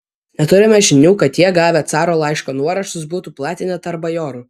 neturime žinių kad jie gavę caro laiško nuorašus būtų platinę tarp bajorų